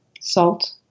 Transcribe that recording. salt